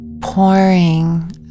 pouring